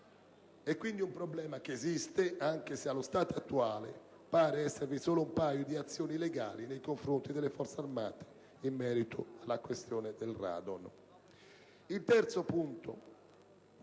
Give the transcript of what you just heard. È quindi un problema che esiste, anche se, allo stato attuale, sembrano esservi solo un paio di azioni legali nei confronti delle Forze armate in merito alla questione del radon. Il terzo punto